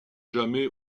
jamais